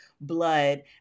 blood